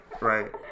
right